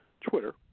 Twitter